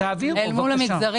תעבירו את זה.